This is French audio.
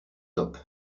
top